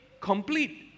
complete